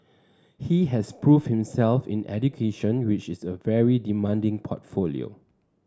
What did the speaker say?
he has proved himself in education which is a very demanding portfolio